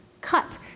cut